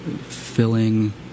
filling